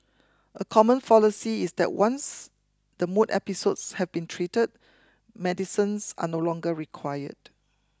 a common fallacy is that once the mood episodes have been treated medicines are no longer required